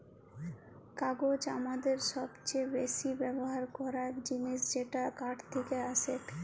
কাগজ হামাদের সবচে বেসি ব্যবহার করাক জিনিস যেটা কাঠ থেক্কে আসেক